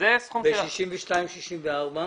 ו-62 ל-64?